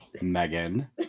Megan